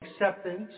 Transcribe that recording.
acceptance